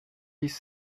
dix